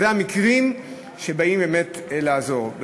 אלה המקרים שבאים באמת לעזור.